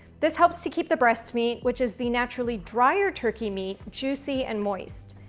this helps to keep the breast meat, which is the naturally drier turkey meat, juicy and moist.